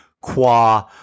qua